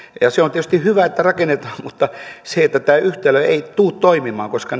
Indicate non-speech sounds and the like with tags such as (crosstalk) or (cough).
se on tietysti hyvä että rakennetaan mutta tämä yhtälö ei tule toimimaan koska (unintelligible)